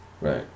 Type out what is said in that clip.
Right